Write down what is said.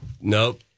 nope